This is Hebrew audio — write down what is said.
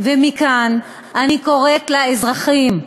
ומכאן אני קוראת לאזרחים: